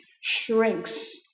shrinks